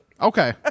Okay